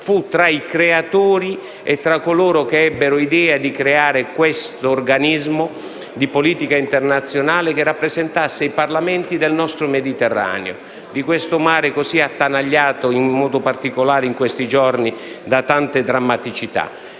interparlamentare, fu tra coloro che ebbero l'idea di creare questo organismo di politica internazionale che rappresentasse i Parlamenti del nostro Mediterraneo, un mare così attanagliato, in modo particolare negli ultimi giorni, da tante situazioni